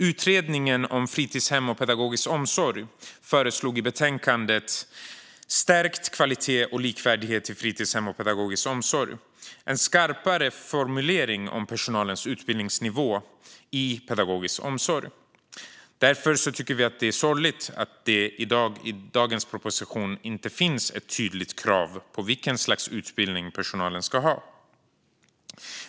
Utredningen om fritidshem och pedagogisk omsorg föreslog i sitt betänkande Stärkt kvalitet och likvärdighet i fritidshem och pedagogisk omsorg en skarpare formulering om personalens utbildningsnivå i pedagogisk omsorg. Därför tycker vi att det är sorgligt att det i dagens proposition inte finns ett tydligt krav på vilken utbildning personalen ska ha.